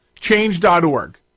Change.org